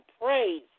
praise